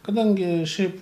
kadangi šiaip